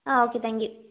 okay thank you